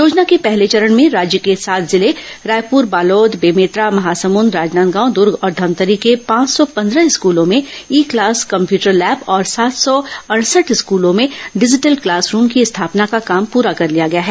योजना के पहले चरण में राज्य के सात जिले रायपुर बालोद बेमेतरा महासमुद राजनांदगांव दुर्ग और धमतरी के पांच सौ पन्द्रह स्कूलों में ई क्लास कम्प्यूटर ेलैब तथा सात सौ अडसठ स्कलों में डिजिटल क्लास रूम की स्थापना का काम पूरा कर लिया गया है